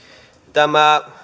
tämä